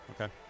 Okay